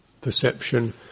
Perception